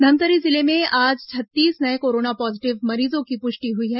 धमतरी जिले में आज छत्तीस नये कोरोना पॉजीटिव मरीजों की पुष्टि हुई है